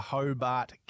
Hobart